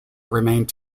remained